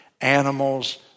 animals